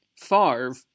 Favre